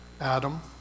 Adam